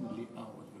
החוק,